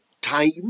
Time